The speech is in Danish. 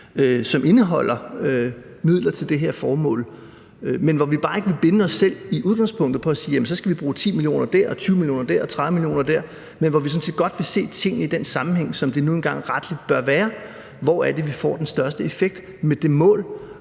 som indeholder midler til det her formål. Vi vil bare ikke binde os selv i udgangspunktet på at sige, at vi så skal bruge 10 mio. kr. der, 20 mio. kr. der og 30 mio. kr. der, men vi vil sådan set godt se tingene i den sammenhæng, som de nu engang rettelig bør være, nemlig: Hvor er det, vi får den største effekt med det mål